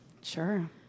Sure